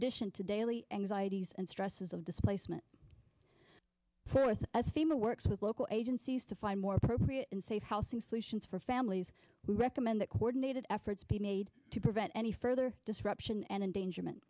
addition to daily anxieties and stresses of displacement as fema works with local agencies to find more appropriate and safe healthy solutions for families we recommend that coordinated efforts be made to prevent any further disruption and endangerment